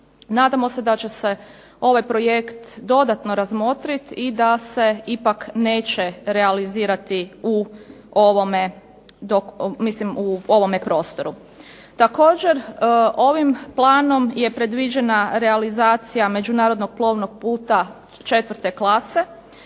Nadamo se da će se ovaj projekt dodatno razmotriti i da se ipak neće realizirati u ovome prostoru. Također ovim planom je predviđena realizacija međunarodno plovnog puta četvrte klase,